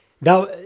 Now